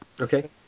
Okay